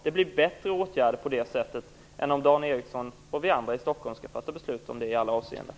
Det blir bättre åtgärder på detta sätt än om Dan Ericsson och vi andra i Stockholm i alla avseenden skall fatta besluten.